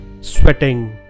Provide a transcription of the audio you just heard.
Sweating